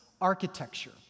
architecture